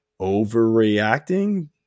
overreacting